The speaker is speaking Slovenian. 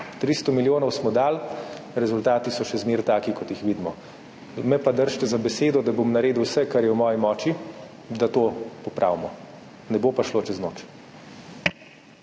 300 milijonov smo dali, rezultati so še zmeraj taki, kot jih vidimo. Me pa držite za besedo, da bom naredil vse, kar je v moji moči, da to popravimo, ne bo pa šlo čez noč.